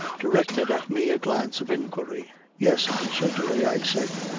directed at me a glance of inquiry. yes. certainly, i said,